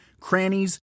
crannies